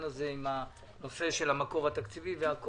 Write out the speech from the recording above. הזה עם הנושא של המקור התקציבי וכל